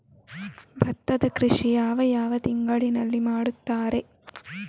ಭತ್ತದ ಕೃಷಿ ಯಾವ ಯಾವ ತಿಂಗಳಿನಲ್ಲಿ ಮಾಡುತ್ತಾರೆ?